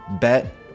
bet